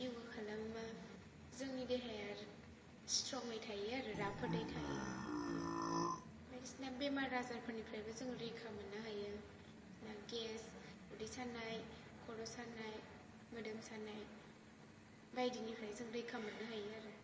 यगा खालामोबा जोंनि देहाया स्ट्रंयै थायो आरो राफोदै थायो बायदिसिना बेमार आजारनिफ्रायबो जों रैखा मोन्नो हायो गेस उदै सानाय खर' सानाय मोदोम सानाय बायदिनिफ्राय जों रैखा मोन्नो हायो आरो